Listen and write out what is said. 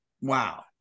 wow